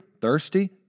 thirsty